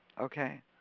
Okay